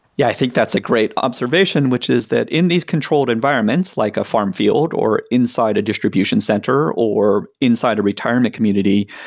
yeah, i think that's a great observation, which is that in these controlled environments, like a farm field, or inside a distribution center, or inside a retirement community,